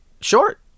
short